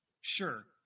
sure